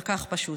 כל כך פשוט.